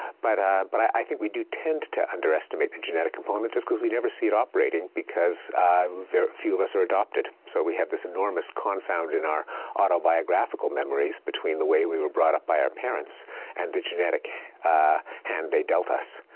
but ah but i think we do tend to underestimate the genetic component just cause we never see it operating because very few of us are adopted. so we have this enormous confound in our autobiographical memories between the way we were brought up by our parents and the genetic hand they dealt us.